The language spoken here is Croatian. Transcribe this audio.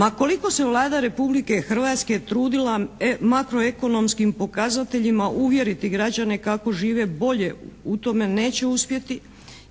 Ma koliko se Vlada Republike Hrvatske trudila makro-ekonomskim pokazateljima uvjeriti građane kako žive bolje u tome neće uspjeti